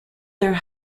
their